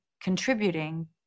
contributing